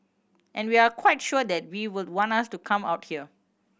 and we're quite sure that we would want us to come out here